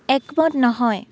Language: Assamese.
একমত নহয়